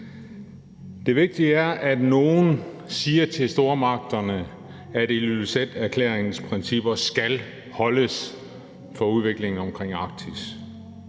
Det vigtige er, at nogen siger til stormagterne, at Ilulissaterklæringens principper for udviklingen omkring Arktis